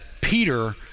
Peter